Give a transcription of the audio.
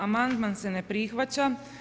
Amandman se ne prihvaća.